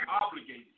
obligated